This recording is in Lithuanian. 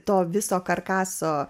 to viso karkaso